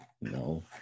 no